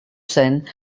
zen